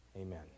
amen